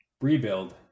rebuild